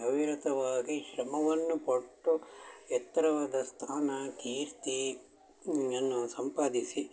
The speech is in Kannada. ಅವಿರತವಾಗಿ ಶ್ರಮವನ್ನು ಪಟ್ಟು ಎತ್ತರವಾದ ಸ್ಥಾನ ಕೀರ್ತಿಯನ್ನು ಸಂಪಾದಿಸಿ